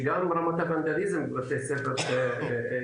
על כך שגם רמת הוונדליזם בבתי הספר ירדה.